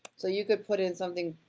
so, you could put in something,